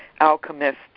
alchemist